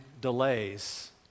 delays